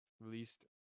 released